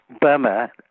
Burma